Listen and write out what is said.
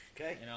Okay